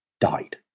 died